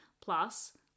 plus